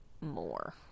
more